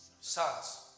sons